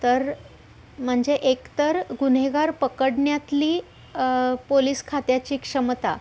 तर म्हणजे एक तर गुन्हेगार पकडण्यातली पोलीस खात्याची क्षमता